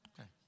Okay